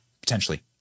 potentially